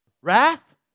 wrath